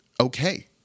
okay